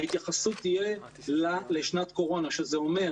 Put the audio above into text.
ההתייחסות תהיה לשנת קורונה שזה אומר,